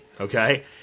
Okay